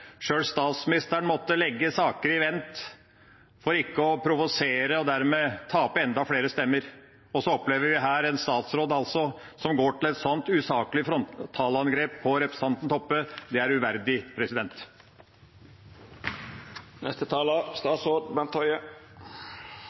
sjøl statsministeren måtte legge saker på vent for ikke å provosere og dermed tape enda flere stemmer. Og så opplever vi her en statsråd som går til et så usaklig frontalangrep på representanten Toppe. Det er uverdig.